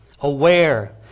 aware